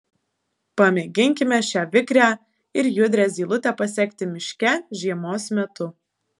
pamėginkime šią vikrią ir judrią zylutę pasekti miške žiemos metu